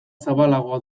zabalagoa